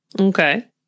Okay